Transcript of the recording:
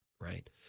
right